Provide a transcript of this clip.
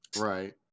Right